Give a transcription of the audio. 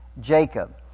Jacob